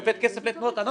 והבאת כסף לתנועות הנוער.